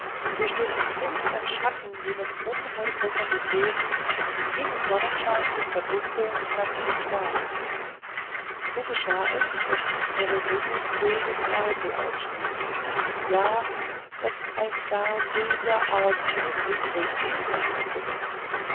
durch den finstern schatten seines unheilbringenden wesens jenen sonnenschein zu verdunkeln ganz und gar so geschah es daß in peregrinus böse zweifel aufstiegen ja daß ein gar böser argwohn sich regte in seiner brust